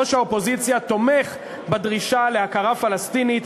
ראש האופוזיציה תומך בדרישה להכרה פלסטינית